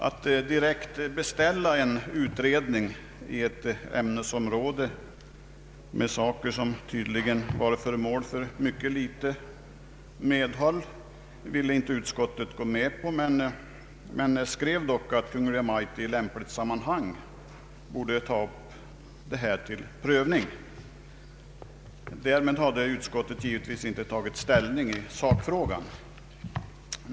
Att beställa en utredning när det gäller förslag som tydligen fått mycket ringa medhåll ville utskottet inte gå med på, men utskottet skrev att Kungl. Maj:t i lämpligt sammanhang borde ta upp denna fråga till prövning. Därmed hade utskottet givetvis inte tagit ställning i sakfrågan.